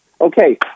Okay